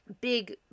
big